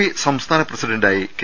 P സംസ്ഥാന പ്രസിഡന്റായി K